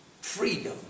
freedom